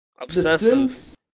Obsessive